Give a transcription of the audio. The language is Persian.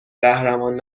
قهرمان